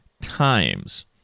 times